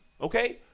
okay